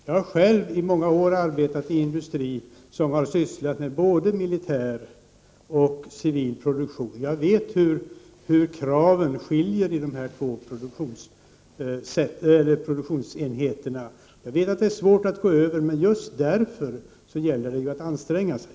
Jag har själv i många år arbetat i en industri som sysslat med både militär och civil produktion, och jag vet hur kraven skiljer sig i de här två produk = Prot. 1989/90:27 tionsinriktningarna. Jag vet att det är svårt att gå över, men just därför gäller 16 november 1989 det ju att anstränga sig.